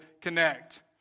connect